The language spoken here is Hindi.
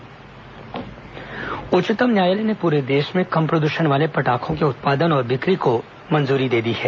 सुप्रीम कोर्ट पटाखा उच्चतम न्यायालय ने पूरे देश में कम प्रदूषण वाले पटाखों के उत्पादन और बिक्री को मंजूरी दे दी है